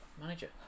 manager